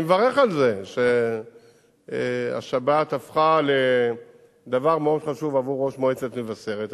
אני מברך על זה שהשבת הפכה לדבר מאוד חשוב עבור ראש מועצת מבשרת,